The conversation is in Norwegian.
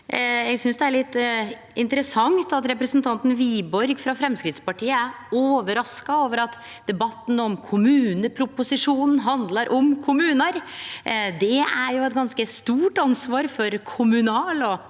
Eg synest det er litt interessant at representanten Wiborg frå Framstegspartiet er overraska over at debatten om kommuneproposisjonen handlar om kommunar. Det er jo eit ganske stort ansvar for kommunal-